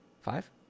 Five